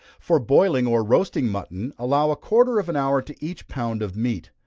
for boiling or roasting mutton, allow a quarter of an hour to each pound of meat.